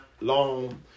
long